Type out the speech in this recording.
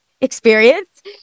experience